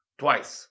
twice